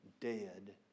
dead